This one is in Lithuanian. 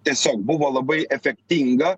tiesiog buvo labai efektinga